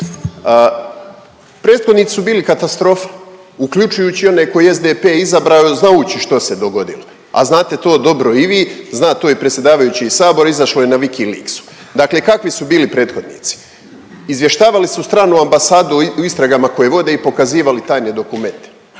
Prethodnici su bili katastrofa, uključujući i one koje je SDP izabrao znajući što se dogodilo, a znate to dobro i vi, zna to i predsjedavajući Sabora izašlo je na WikiLeaks-u. Dakle kakvi su bili prethodnici? Izvještavali su stranu ambasadu o istragama koje vodi i pokazivali tajne dokumente